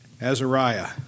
Azariah